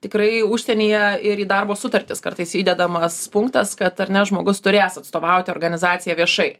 tikrai užsienyje ir į darbo sutartis kartais įdedamas punktas kad ar ne žmogus turės atstovauti organizaciją viešai